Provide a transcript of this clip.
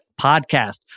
podcast